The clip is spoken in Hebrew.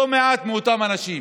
לא מעט מאותם אנשים